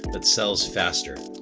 but sells faster.